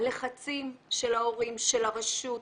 הלחצים של ההורים, של הרשות,